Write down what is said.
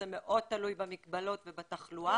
זה מאוד תלוי במגבלות ובתחלואה.